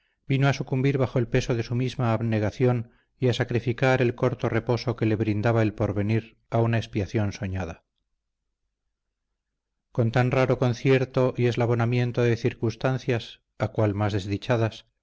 vino a sucumbir bajo el peso de su misma abnegación y a sacrificar el corto reposo que le brindaba el porvenir a una expiación soñada con tan raro concierto y eslabonamiento de circunstancias a cual más desdichadas